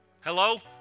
Hello